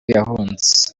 yahunze